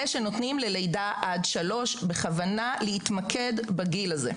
שנותנים ללידה עד שלוש, בכוונה להתמקד בגיל הזה.